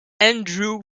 andrew